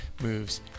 moves